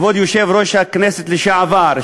כבוד יושב-ראש הכנסת לשעבר,